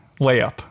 Layup